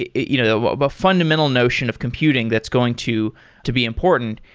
you know but but fundamental notion of computing that's going to to be important.